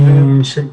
היי דביר.